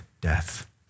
death